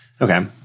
okay